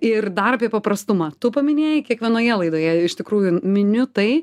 ir dar apie paprastumą tu paminėjai kiekvienoje laidoje iš tikrųjų miniu tai